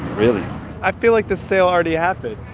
really i feel like this sale already happened